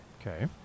Okay